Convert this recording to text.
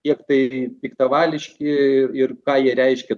kiek tai piktavališki ir ir ką jie reiškia